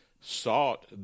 sought